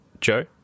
Joe